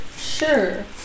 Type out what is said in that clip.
sure